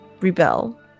rebel